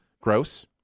gross